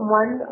one